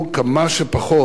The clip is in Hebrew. מסגירת החברה.